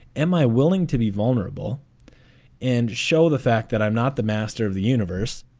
am i willing to be vulnerable and show the fact that i'm not the master of the universe?